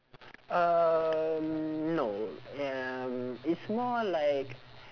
um no uh it's more like